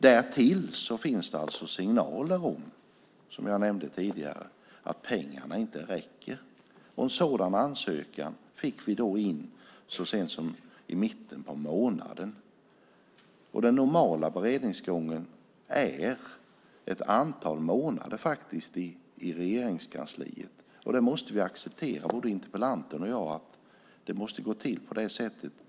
Därtill finns det, som jag nämnde tidigare, signaler om att pengarna inte räcker. En sådan ansökan fick vi in så sent som i mitten av månaden. Den normala beredningsgången i Regeringskansliet är ett antal månader. Både interpellanten och jag måste acceptera att det går till på det sättet.